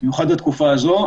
במיוחד בתקופה הזאת,